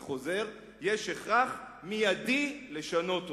אני חוזר: "יש הכרח מיידי לשנות אותה.